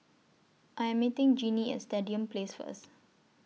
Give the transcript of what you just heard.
I Am meeting Jinnie At Stadium Place First